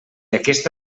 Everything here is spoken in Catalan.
aquesta